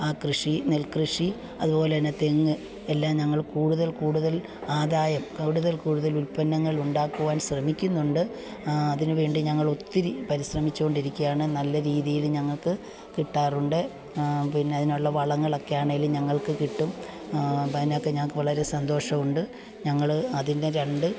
ആ കൃഷി നെൽകൃഷി അതുപോലെ തന്നെ തെങ്ങ് എല്ലാം ഞങ്ങൾ കൂടുതൽ കൂടുതൽ ആദായം കൂടുതൽ കൂടുതൽ ഉൽപ്പന്നങ്ങൾ ഉണ്ടാക്കുവാൻ ശ്രമിക്കുന്നുണ്ട് അതിനു വേണ്ടി ഞങ്ങൾ ഒത്തിരി പരിശ്രമിച്ചു കൊണ്ടിരിക്കുകയാണ് നല്ല രീതിയിൽ ഞങ്ങൾക്ക് കിട്ടാറുണ്ട് പിന്നെ അതിനുള്ള വളങ്ങളൊക്കെയാണെങ്കിലും ഞങ്ങൾക്ക് കിട്ടും അതിനൊക്കെ ഞങ്ങൾക്ക് വളരെ സന്തോഷമുണ്ട് ഞങ്ങൾ അതിൻ്റെ രണ്ട്